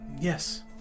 Yes